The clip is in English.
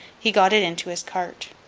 he got it into his cart.